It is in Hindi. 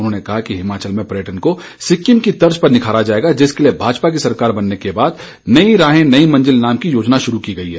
उन्होंने कहा कि हिमाचल में पर्यटन को सिक्किम की तर्ज पर निखारा जाएगा जिसके लिए भाजपा की सरकार बनने के बाद नई राहें नई मंजिल नाम की नई योजना शुरू की गई है